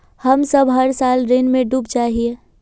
हम सब हर साल ऋण में डूब जाए हीये?